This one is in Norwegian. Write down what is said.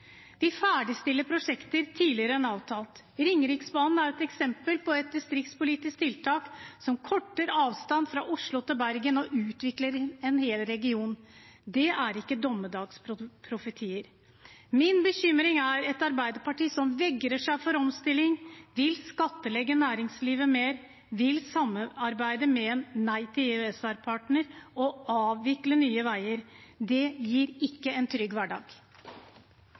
vi bruker på andre felt. Vi ferdigstiller prosjekter tidligere enn avtalt. Ringeriksbanen er et eksempel på et distriktspolitisk tiltak som korter avstanden fra Oslo til Bergen og utvikler en hel region. Det er ikke dommedagsprofetier. Min bekymring er et Arbeiderparti som vegrer seg for omstilling, som vil skattlegge næringslivet mer, som vil samarbeide med en nei-til-EØS-partner, og som vil avvikle Nye Veier. Det gir ikke en trygg hverdag.